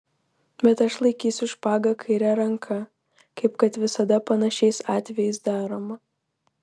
bet aš laikysiu špagą kaire ranka kaip kad visada panašiais atvejais daroma